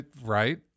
Right